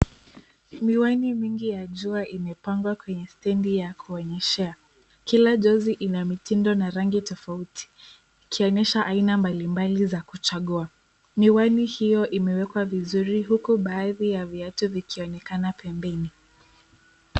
Miwani mingi ya jua imepangwa kwenye stendi ya kuonyeshea. Kila jozi ina mitindo na rangi tofauti, ikionyesha aina mbalimbali za kuchagua. Miwani hiyo imewekwa vizuri, huku baadhi ya viatu vikionekana pembeni.